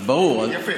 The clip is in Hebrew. אז ברור, יפה.